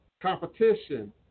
competition